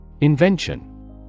Invention